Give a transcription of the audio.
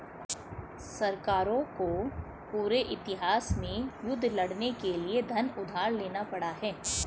सरकारों को पूरे इतिहास में युद्ध लड़ने के लिए धन उधार लेना पड़ा है